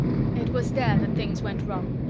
it was there that things went wrong.